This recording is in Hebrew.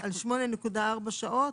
על 8.4 שעות.